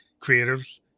creatives